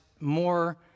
more